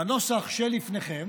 בנוסח שלפניכם